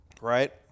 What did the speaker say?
right